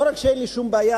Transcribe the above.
לא רק שאין לי שום בעיה,